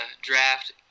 draft